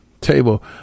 table